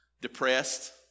depressed